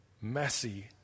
messy